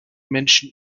menschen